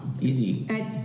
easy